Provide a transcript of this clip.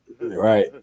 Right